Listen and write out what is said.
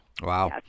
Wow